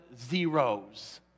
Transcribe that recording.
zeros